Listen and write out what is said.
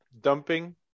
dumping